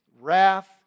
wrath